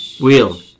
Wheel